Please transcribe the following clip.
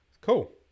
Cool